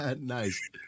Nice